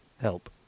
help